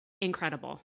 incredible